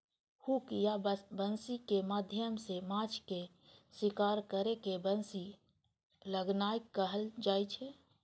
hook या बंसी के माध्यम सं माछ के शिकार करै के बंसी लगेनाय कहल जाइ छै